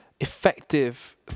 effective